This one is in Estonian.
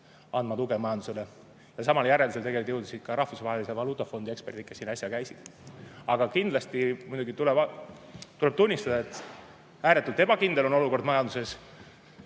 andma tuge majandusele. Samale järeldusele jõudsid ka Rahvusvahelise Valuutafondi eksperdid, kes siin äsja käisid. Aga kindlasti tuleb tunnistada, et ääretult ebakindel olukord majanduses